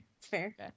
fair